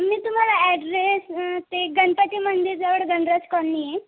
मी तुम्हाला ॲड्रेस ते गणपती मंदिराजवळ गणराज कॉलनी आहे